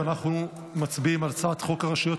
אנחנו מצביעים על הצעת חוק הרשויות